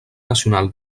nacional